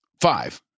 Five